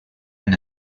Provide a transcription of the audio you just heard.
and